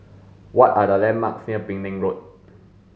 what are the landmarks near Penang Road